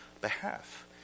behalf